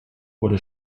wurde